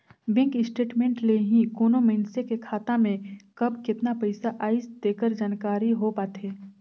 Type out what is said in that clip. bank statement ले ही कोनो मइसने के खाता में कब केतना पइसा आइस तेकर जानकारी हो पाथे